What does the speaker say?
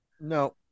No